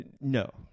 No